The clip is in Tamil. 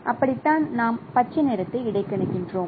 அப்படித்தான் நாம் பச்சை நிறத்தை இடைக்கணிக்கிறோம்